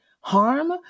harm